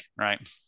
right